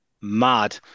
mad